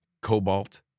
cobalt